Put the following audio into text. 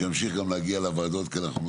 הוא שימשיך להגיע לוועדות כי אנחנו